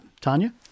Tanya